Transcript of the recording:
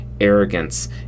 arrogance